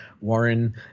Warren